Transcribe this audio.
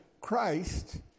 Christ